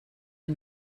ein